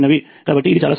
కాబట్టి ఇది చాలా సులభం